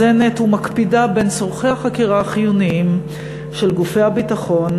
מקפידה ומאזנת בין צורכי החקירה החיוניים של גופי הביטחון